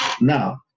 Now